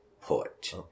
put